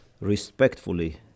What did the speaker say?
respectfully